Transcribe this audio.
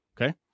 okay